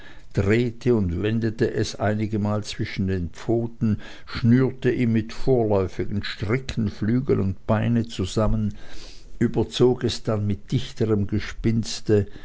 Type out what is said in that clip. drehte und wendete es einigemal zwischen den pfoten schnürte ihm mit vorläufigen stricken flügel und beine zusammen überzog es dann mit dichterm gespinste